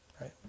Right